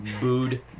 booed